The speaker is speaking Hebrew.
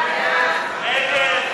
ההסתייגויות (13)